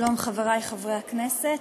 שלום, חברי חברי הכנסת,